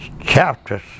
chapters